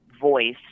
voice